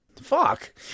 Fuck